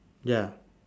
ya